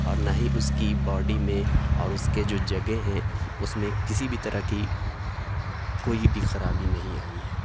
اور نہ ہی اس کی باڈی میں اور اس کے جو جگیں ہیں اس میں کسی بھی طرح کی کوئی بھی خرابی نہیں آئی ہے